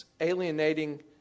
alienating